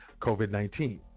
COVID-19